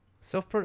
Self